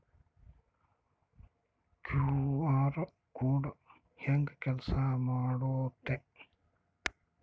QR code ಹೆಂಗ ಕೆಲಸ ಮಾಡುತ್ತೆ?